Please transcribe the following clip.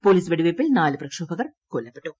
police വെടിവയ്പ്പിൽ നാല് പ്രക്ഷോഭകർ കൊല്ലപ്പെട്ടു